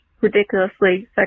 ridiculously